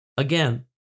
Again